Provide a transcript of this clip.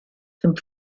zum